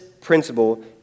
principle